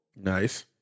Nice